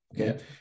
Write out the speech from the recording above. okay